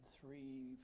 three